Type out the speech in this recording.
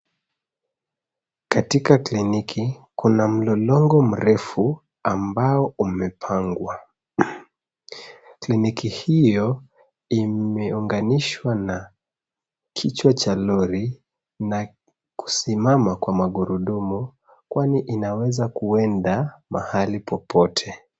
Katika kliniki kuna mlolongo mrefu ambao umepangwa. Kliniki hiyo imeunganishwa na kichwa cha lori na kusimama kwa magurudumu kwani inaweza kuenda mahali popote.